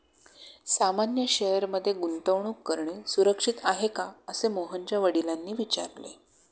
सामान्य शेअर मध्ये गुंतवणूक करणे सुरक्षित आहे का, असे मोहनच्या वडिलांनी विचारले